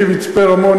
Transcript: הייתי במצפה-רמון,